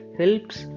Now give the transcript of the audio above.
helps